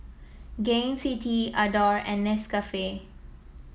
Gain City Adore and Nescafe